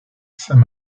saint